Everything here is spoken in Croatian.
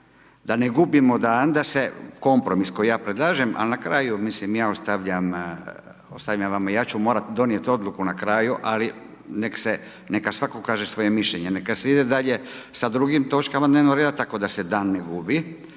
da ne gubimo dan da se kompromis koji ja predlažem ali na kraju mislim ja ostavljam vama. Ja ću morati donijeti odluku na kraju, ali neka svatko kaže svoje mišljenje. Neka se i de sa drugim točkama dnevnoga reda tako da se dan ne gubi,